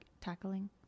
tackling